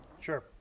Sure